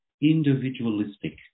individualistic